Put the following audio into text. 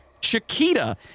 Chiquita